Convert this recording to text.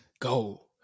go